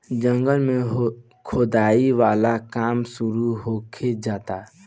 जंगल में खोदाई वाला काम शुरू होखे जाता